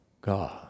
God